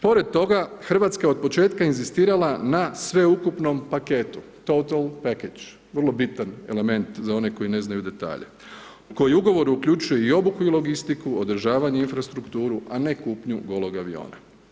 Pored toga Hrvatska je od početka inzistirala na sveukupnom paketu total package, vrlo bitan element za one koji ne znaju detalje, koji ugovor uključuje i obuku i logistiku, održavanje, infrastrukturu, a ne kupnju golog aviona.